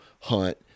hunt